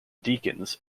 deacons